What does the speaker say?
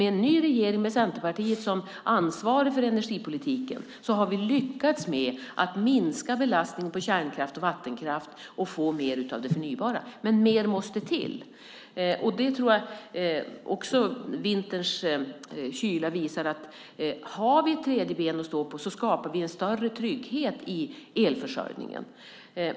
Med en ny regering och med Centerpartiet som ansvarigt för energipolitiken har vi lyckats minska belastningen på kärnkraft och vattenkraft och fått mer av det förnybara. Men mer måste till, och jag tror att vinterns kyla också visar att om vi har ett tredje ben att stå på skapar vi större trygghet i elförsörjningen.